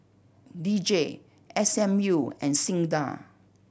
D J S M U and SINDA